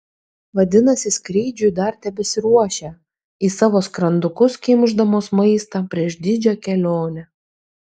vadinasi skrydžiui dar tebesiruošia į savo skrandukus kimšdamos maistą prieš didžią kelionę